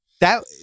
That-